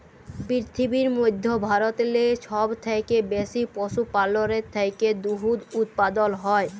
পিরথিবীর মইধ্যে ভারতেল্লে ছব থ্যাইকে বেশি পশুপাললের থ্যাইকে দুহুদ উৎপাদল হ্যয়